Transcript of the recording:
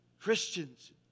Christians